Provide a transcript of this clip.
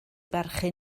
barchu